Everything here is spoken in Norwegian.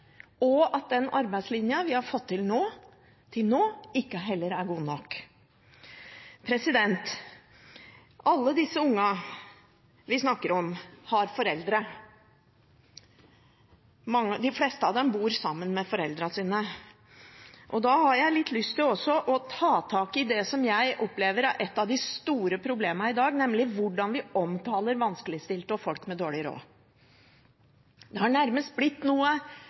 Alle disse ungene vi snakker om, har foreldre; de fleste av dem bor sammen med foreldrene sine. Da har jeg litt lyst til å ta tak i det som jeg opplever er et av de store problemene i dag, nemlig hvordan vi omtaler vanskeligstilte og folk med dårlig råd. Det har nærmest blitt noe